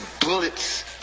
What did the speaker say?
bullets